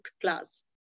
class